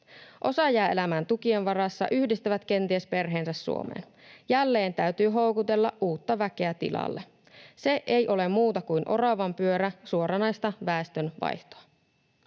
Osa jää elämään tukien varassa, yhdistävät kenties perheensä Suomeen. Jälleen täytyy houkutella uutta väkeä tilalle. Se ei ole muuta kuin oravanpyörä, suoranaista väestön vaihtoa.